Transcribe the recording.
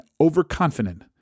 overconfident